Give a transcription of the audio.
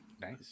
nice